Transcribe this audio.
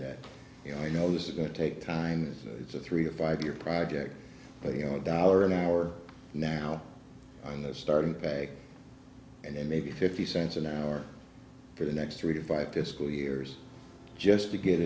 that you know i know this is going to take time and it's a three to five year project but you know a dollar an hour now on the starting back and maybe fifty cents an hour for the next three to five to school years just to get